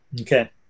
Okay